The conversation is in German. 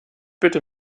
bitte